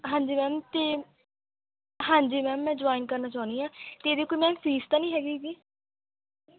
ਹਾਂਜੀ ਮੈਮ ਅਤੇ ਹਾਂਜੀ ਮੈਮ ਮੈਂ ਜੁਆਇਨ ਕਰਨਾ ਚਾਹੁੰਦੀ ਹਾਂ ਅਤੇ ਇਹਦੀ ਕੋਈ ਮੈਮ ਫੀਸ ਤਾਂ ਨਹੀਂ ਹੈਗੀ ਜੀ